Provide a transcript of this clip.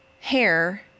hair